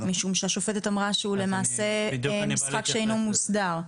משום שהשופטת אמרה שלמעשה הוא משחק שאינו מוסדר.